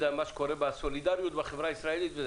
על מה שקורה בסולידריות בחברה הישראלית.